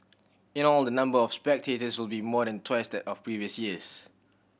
in all the number of spectators will be more than twice that of previous years